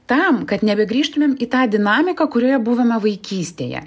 tam kad nebegrįžtumėm į tą dinamiką kurioje buvome vaikystėje